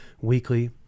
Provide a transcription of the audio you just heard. weekly